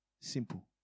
Simple